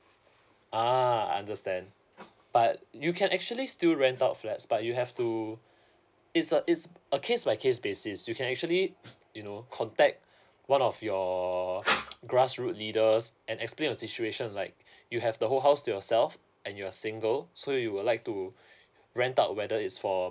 ah understand but you can actually still rent out flats but you have to it's a it's a case by case basis you can actually you know contact one of your grassroot leaders and explain your situation like you have the whole house to yourself and you are single so you would like to rent out whether is for